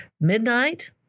midnight